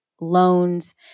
loans